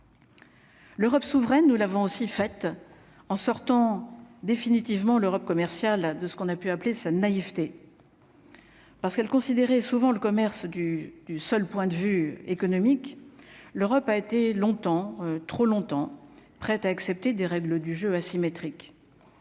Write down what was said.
L'Europe souveraine, nous l'avons aussi fait en sortant définitivement l'Europe commercial de ce qu'on a pu appeler sa naïveté. Parce qu'elle considérait souvent le commerce du du seul point de vue économique, l'Europe a été longtemps, trop longtemps prête à accepter des règles du jeu asymétrique,